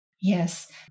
Yes